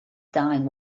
dying